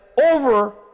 over